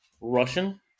Russian